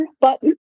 button